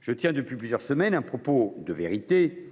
Je tiens depuis plusieurs semaines un propos de vérité,